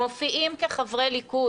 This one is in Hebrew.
מופיעים כחברי ליכוד.